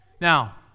Now